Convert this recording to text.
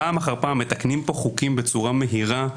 שפעם אחר פעם מתקנים חוקים בצורה מהירה,